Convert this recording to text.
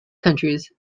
countries